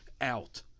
out